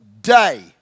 day